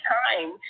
time